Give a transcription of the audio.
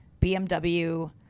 BMW